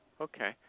Okay